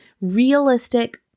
realistic